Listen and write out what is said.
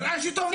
מה זה חצי שעה?